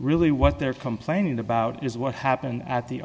really what they're complaining about is what happened at the